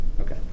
Okay